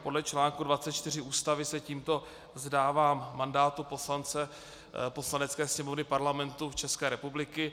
Podle článku 24 Ústavy se tímto vzdávám mandátu poslance Poslanecké sněmovny Parlamentu České republiky.